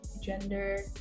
gender